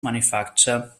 manufacture